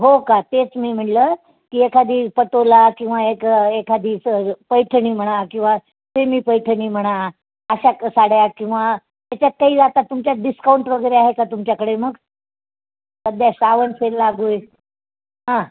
हो का तेच मी म्हणलं की एखादी पटोला किंवा एक एखादी स पैठणी म्हणा किंवा सेमी पैठणी म्हणा अशा क साड्या किंवा त्याच्यात काही आता तुमच्या डिस्काउंट वगैरे आहे का तुमच्याकडे मग सध्या श्रावण सेल लागू आहे हां